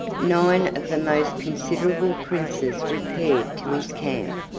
nine of the most considerable princes repaired to his camp,